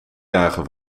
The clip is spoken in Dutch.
dagen